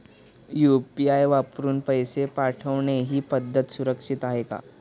UPI वापरून पैसे पाठवणे ही पद्धत सुरक्षित आहे का?